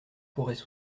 pourraient